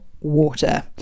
water